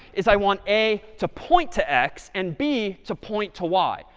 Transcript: is i want a to point to x and b to point to y.